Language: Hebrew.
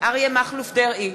אריה מכלוף דרעי,